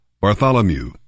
Bartholomew